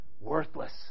worthless